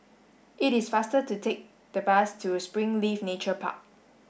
it is faster to take the bus to Springleaf Nature Park